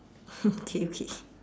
okay okay